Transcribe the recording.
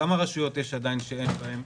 כמה רשויות יש שעדיין אין בהן?